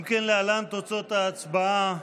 להלן תוצאות ההצבעה: